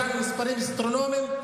הגענו למספרים אסטרונומיים.